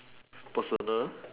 personal